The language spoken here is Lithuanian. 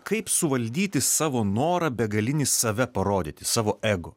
kaip suvaldyti savo norą begalinį save parodyti savo ego